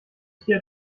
tier